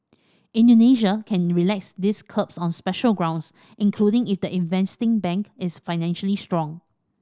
Indonesia can relax these curbs on special grounds including if the investing bank is financially strong